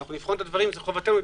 נבחן את הדברים.